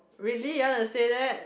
really you wanna say that